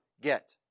get